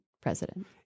president